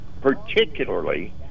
particularly